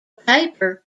paper